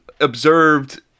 observed